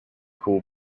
cooled